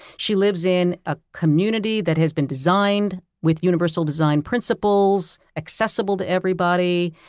she lives in a community that has been designed with universal design principles, accessible to everybody.